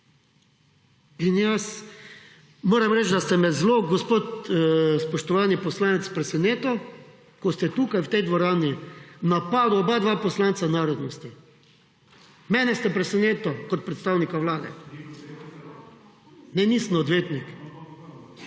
In jaz, moram reči, da ste me zelo, gospod spoštovani poslanec, presenetil, ko ste tukaj, v tej dvorani, napadel obadva poslanca narodnosti. Mene ste presenetil kot predstavnika Vlade. / oglašanje iz